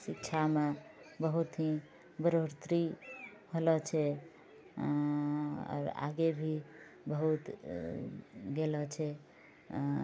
शिक्षामे बहुत ही बढ़ोतरी भेलो छै आगे भी बहुत गेलो छै